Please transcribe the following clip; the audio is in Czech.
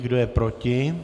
Kdo je proti?